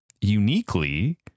Uniquely